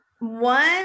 One